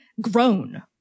grown